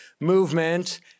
movement